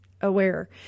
aware